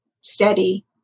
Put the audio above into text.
steady